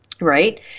Right